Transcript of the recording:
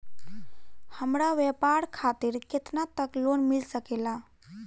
हमरा व्यापार खातिर केतना तक लोन मिल सकेला?